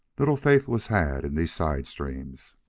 little faith was had in these side-streams.